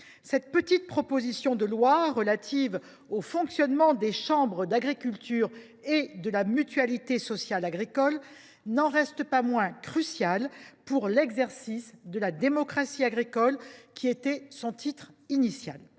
Cette « petite » proposition de loi relative au fonctionnement des chambres d’agriculture et de la Mutualité sociale agricole (MSA) n’en reste pas moins cruciale pour « l’exercice de la démocratie agricole », pour reprendre l’intitulé